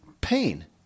pain